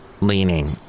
leaning